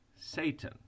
Satan